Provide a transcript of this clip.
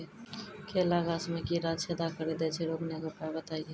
केला गाछ मे कीड़ा छेदा कड़ी दे छ रोकने के उपाय बताइए?